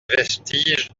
vestiges